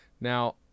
now